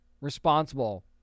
responsible